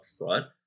upfront